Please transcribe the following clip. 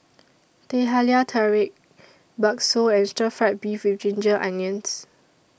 Teh Halia Tarik Bakso and Stir Fried Beef with Ginger Onions